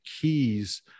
keys